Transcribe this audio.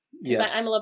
Yes